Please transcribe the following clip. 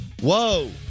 Whoa